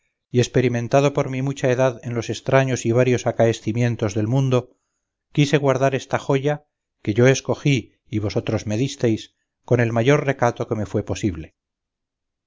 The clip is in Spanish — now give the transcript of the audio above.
y experimentado por mi mucha edad en los estraños y varios acaescimientos del mundo quise guardar esta joya que yo escogí y vosotros me distes con el mayor recato que me fue posible